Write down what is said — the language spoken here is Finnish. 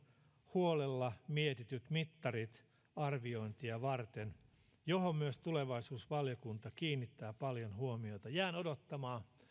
huolella mietityt mittarit arviointia varten mihin myös tulevaisuusvaliokunta kiinnittää paljon huomiota jään odottamaan